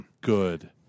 good